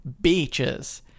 beaches